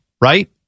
right